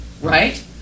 Right